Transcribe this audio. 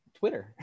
Twitter